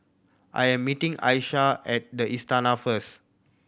I am meeting Ayesha at The Istana first